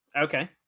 Okay